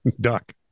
duck